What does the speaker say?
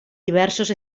diversos